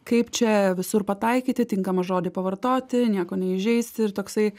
kaip čia visur pataikyti tinkamą žodį pavartoti nieko neįžeisti ir toksai